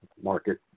market